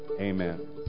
Amen